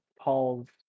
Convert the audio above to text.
Paul's